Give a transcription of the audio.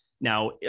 Now